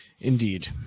Indeed